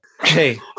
Hey